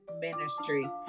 ministries